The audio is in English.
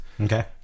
Okay